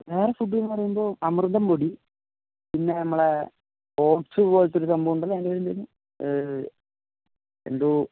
പിന്നെ ഫുഡ് എന്ന് പറയുമ്പോൾ അമൃതം പൊടി പിന്നെ നമ്മളെ ഓട്സ് പോലത്തെ ഒരു സംഭവം ഉണ്ടല്ലോ അതിൻ്റെ പേര് എന്തായിരുന്നു എന്തോ